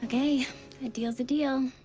ah a a deal's a deal.